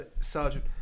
Sergeant